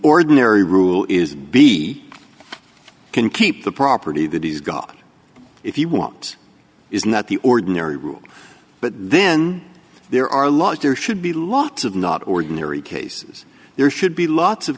ordinary rule is be can keep the property that he's got if you want is not the ordinary rule but then there are laws there should be lots of not ordinary cases there should be lots of